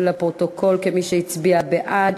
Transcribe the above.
לפרוטוקול כמי שהצביעה בעד.